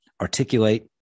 articulate